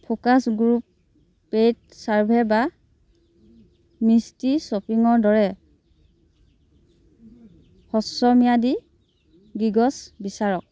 focus group paid survey বা mystery শ্ব'পিঙৰ দৰে হ্ৰস্বম্যাদী গিগচ বিচাৰক